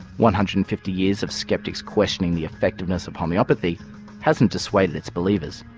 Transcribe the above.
one hundred and fifty years of skeptics questioning the effectiveness of homeopathy hasn't dissuaded its believers.